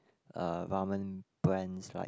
uh ramen brands like